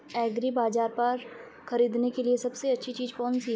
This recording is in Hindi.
एग्रीबाज़ार पर खरीदने के लिए सबसे अच्छी चीज़ कौनसी है?